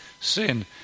Sin